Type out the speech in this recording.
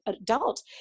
adult